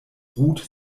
ruth